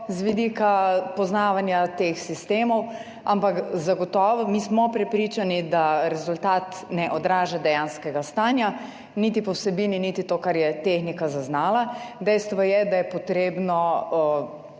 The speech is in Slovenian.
z vidika poznavanja teh sistemov. Ampak zagotovo mi smo prepričani, da rezultat ne odraža dejanskega stanja, niti po vsebini niti to, kar je tehnika zaznala. Dejstvo je, da je potrebno